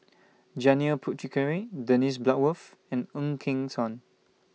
Janil Puthucheary Dennis Bloodworth and Ng Eng Hen